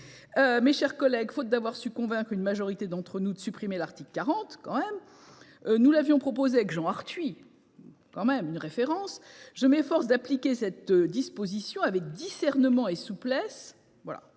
Mes chers collègues, faute d’avoir su convaincre une majorité d’entre vous de supprimer l’article 40, comme nous l’avions proposé avec Jean Arthuis – une référence !–, je m’efforce d’appliquer cette disposition avec le discernement et la souplesse qui